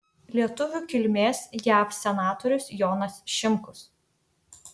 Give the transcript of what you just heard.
lietuvių kilmės jav senatorius jonas šimkus